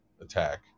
attack